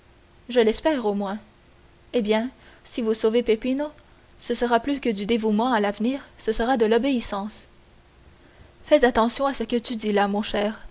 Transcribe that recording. je l'espère au moins eh bien si vous sauvez peppino ce sera plus que du dévouement à l'avenir ce sera de l'obéissance fais attention à ce que tu dis là mon cher